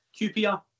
QPR